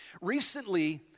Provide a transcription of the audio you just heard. Recently